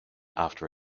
after